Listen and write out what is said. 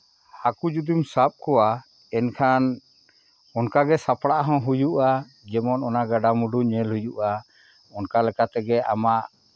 ᱦᱟᱹᱠᱩ ᱡᱩᱫᱤᱢ ᱥᱟᱵ ᱠᱚᱣᱟ ᱮᱱᱠᱷᱟᱱ ᱚᱱᱠᱟᱜᱮ ᱥᱟᱯᱲᱟᱜ ᱦᱚᱸ ᱦᱩᱭᱩᱜᱼᱟ ᱡᱮᱢᱚᱱ ᱚᱱᱟ ᱜᱟᱰᱟᱼᱢᱩᱰᱩ ᱧᱮᱞ ᱦᱩᱭᱩᱜᱼᱟ ᱚᱱᱠᱟ ᱞᱮᱠᱟ ᱛᱮᱜᱮ ᱟᱢᱟᱜ